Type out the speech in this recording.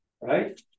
right